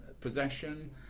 possession